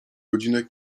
godzinę